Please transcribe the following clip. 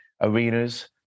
arenas